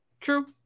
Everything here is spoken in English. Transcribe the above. true